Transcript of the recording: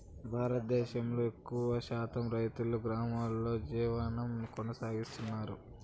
భారతదేశంలో ఎక్కువ శాతం రైతులు గ్రామాలలో జీవనం కొనసాగిస్తన్నారు